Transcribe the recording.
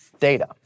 data